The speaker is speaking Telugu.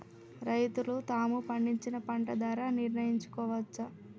రైతులు తాము పండించిన పంట ధర నిర్ణయించుకోవచ్చా?